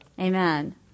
Amen